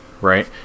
right